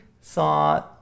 saw